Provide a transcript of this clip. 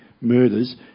murders